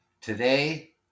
Today